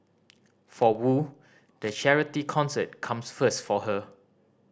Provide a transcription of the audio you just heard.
for Wu the charity concert comes first for her